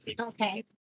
Okay